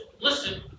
listen